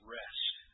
rest